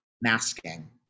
masking